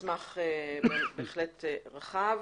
מסמך בהחלט רחב.